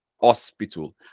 hospital